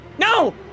No